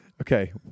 Okay